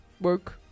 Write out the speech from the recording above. work